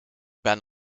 ben